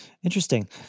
Interesting